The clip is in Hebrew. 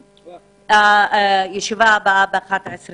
הישיבה ננעלה בשעה